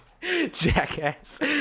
Jackass